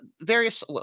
various